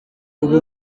ubu